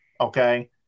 Okay